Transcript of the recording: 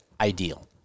Ideal